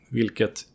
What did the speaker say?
Vilket